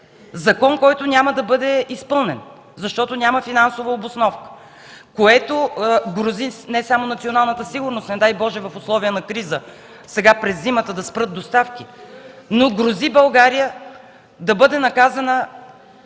хартия, който няма да бъде изпълнен, защото няма финансова обосновка, което грози не само националната сигурност, не дай Боже в условия на криза – сега, през зимата да спрат доставките, но грози България да бъде наказана,